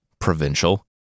Provincial